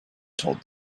told